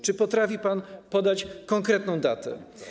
Czy potrafi pan podać konkretną datę?